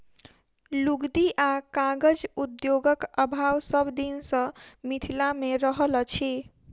लुगदी आ कागज उद्योगक अभाव सभ दिन सॅ मिथिला मे रहल अछि